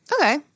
Okay